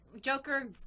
Joker